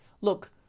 Look